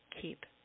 keep